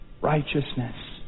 righteousness